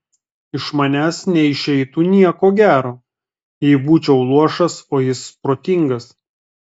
iš manęs neišeitų nieko gero jei būčiau luošas o jis protingas